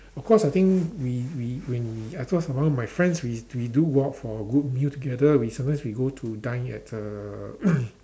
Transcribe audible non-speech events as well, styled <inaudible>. of course I think we we when we of course around with my friends we we do walk for a good meal together we sometimes we go to dine at uh <noise>